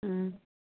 ꯎꯝ